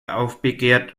aufbegehrt